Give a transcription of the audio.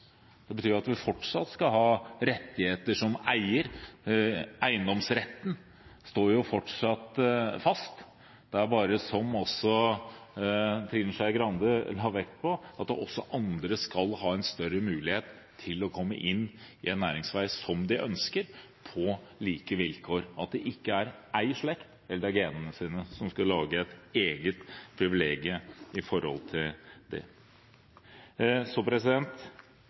Det betyr at man fortsatt skal ha rettigheter som eier, eiendomsretten står fortsatt fast. Det er bare det, som også Trine Skei Grande la vekt på, at også andre skal ha større mulighet til å komme inn i en næring som de ønsker, på like vilkår – og at ikke slekt eller genene skal være et privilegium når det gjelder dette. Jeg skal ikke gå inn i